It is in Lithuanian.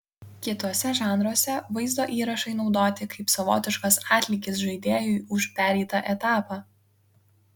kituose žanruose vaizdo įrašai naudoti kaip savotiškas atlygis žaidėjui už pereitą etapą